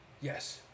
Yes